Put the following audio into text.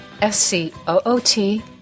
S-C-O-O-T